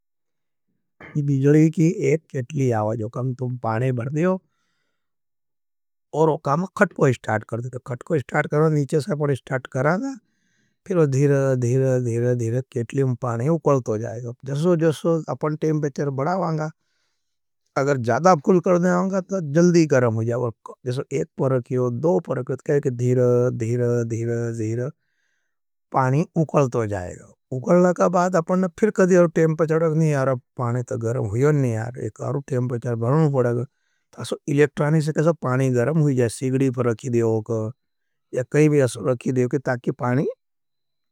बिजली की एक केटली आवा जो कम तुम पाने बढर देओ और वो कम खट कोई स्टार्ट कर देते हैं। खट कोई स्टार्ट कर रहा हैं। नीचे से अपने स्टार्ट कर रहा हैं। फिर धीर, धीर, धीर, धीर केटली में पानी उकलत हो जाएगा। जसों जसों अपना टेम्परातूरे बढ़वागे, यारी ज्यादा करेंगे तो ज्यादा बढ़ जावेगा। असो इलेक्ट्रॉनिक से पानी गरम होई जाए, असो सीगड़ी पर रख दो, ताकि पानी।